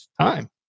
time